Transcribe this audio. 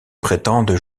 prétendent